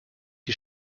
die